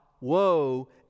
woe